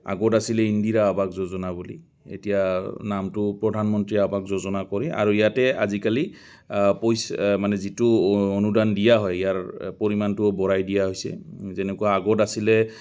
আগত আছিলে ইন্দিৰা আৱাস যোজনা বুলি এতিয়া নামটো প্ৰধানমন্ত্ৰী আৱাস যোজনা কৰি আৰু ইয়াতে আজিকালি পইচা মানে যিটো অনুদান দিয়া হয় ইয়াৰ পৰিমাণটোও বঢ়াই দিয়া হৈছে যেনেকুৱা আগত আছিলে